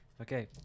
Okay